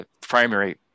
primary